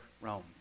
Rome